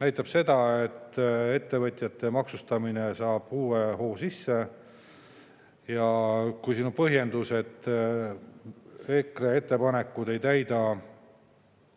näitab seda, et ettevõtjate maksustamine saab uue hoo sisse. Siin on põhjendus, et EKRE ettepanekud ei täida